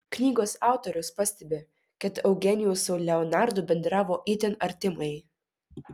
knygos autorius pastebi kad eugenijus su leonardu bendravo itin artimai